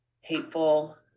hateful